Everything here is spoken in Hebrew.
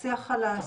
כן,